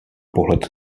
pohled